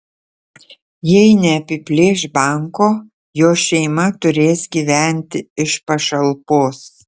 jei neapiplėš banko jo šeima turės gyventi iš pašalpos